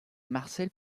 marcel